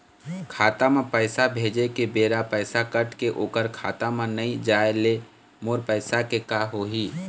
खाता म पैसा भेजे के बेरा पैसा कट के ओकर खाता म नई जाय ले मोर पैसा के का होही?